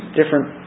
different